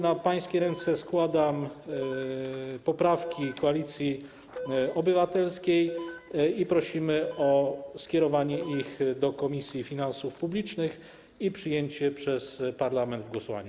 Na pańskie ręce składam poprawki Koalicji Obywatelskiej i prosimy o skierowanie ich do Komisji Finansów Publicznych i przyjęcie przez parlament w głosowaniu.